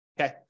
okay